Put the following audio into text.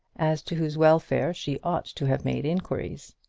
as to whose welfare she ought to have made inquiries.